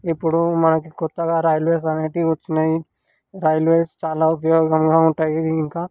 ఇప్పుడు మనకి కొత్తగా రైల్వేస్ అనేవి వచ్చినాయి రైల్వేస్ చాలా ఉపయోగంగా ఉంటాయి ఇంకా